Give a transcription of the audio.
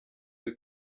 que